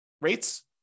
rates